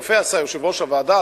יפה עשה יושב-ראש הוועדה,